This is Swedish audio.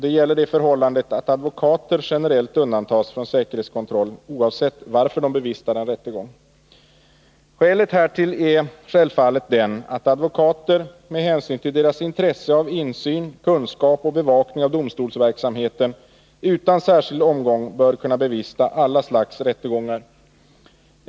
Det gäller det förhållandet att advokater generellt undantas från säkerhetskontroll, oavsett anledningen till att de bevistar en rättegång. Skälet härtill är självfallet det att advokater, med hänsyn till deras intresse av insyn, kunskap och bevakning av domstolsverksamheten, utan särskild omgång bör kunna bevista alla slags rättegångar.